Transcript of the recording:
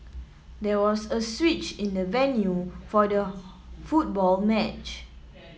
there was a switch in the venue for the football match